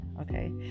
okay